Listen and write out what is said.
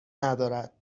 ندارد